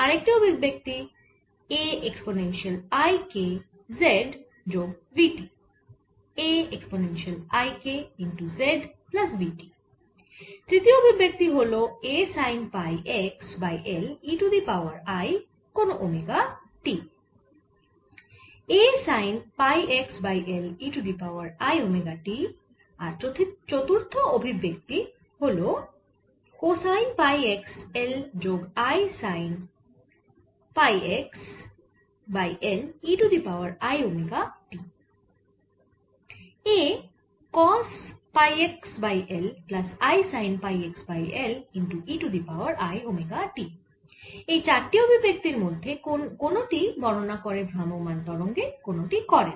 আরেকটি অভিব্যক্তি A exponential i k z যোগ v t তৃতীয় অভিব্যক্তি হল A sine pi x by L e to the power i কোন ওমেগা t আর চতুর্থ অভিব্যক্তি হল cosine pi x by L যোগ i sine pi x by L e to the power i omega t এই চারটি অভিব্যক্তির মধ্যে কোনটি বর্ণনা করে ভ্রাম্যমাণ তরঙ্গের কোনটি করে না